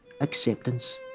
acceptance